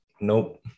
nope